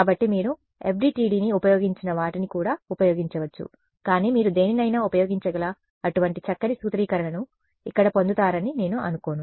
కాబట్టి మీరు FDTDని ఉపయోగించిన వాటిని కూడా ఉపయోగించవచ్చు కానీ మీరు దేనినైనా ఉపయోగించగల అటువంటి చక్కని సూత్రీకరణను ఇక్కడ పొందుతారని నేను అనుకోను